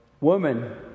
Woman